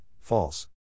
false